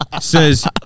says